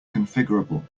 configurable